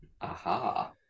aha